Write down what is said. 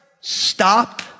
stop